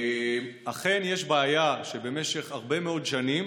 אכן, יש בעיה שבמשך הרבה מאוד שנים